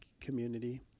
community